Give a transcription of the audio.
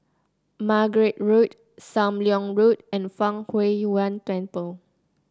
Margate Road Sam Leong Road and Fang Huo Yuan Temple